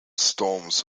storms